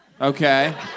Okay